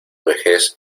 vejez